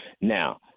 Now